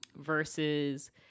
versus